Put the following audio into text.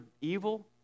evil